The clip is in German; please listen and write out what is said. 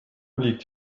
liegt